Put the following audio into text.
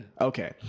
Okay